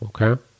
Okay